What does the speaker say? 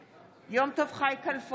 בעד יום טוב חי כלפון,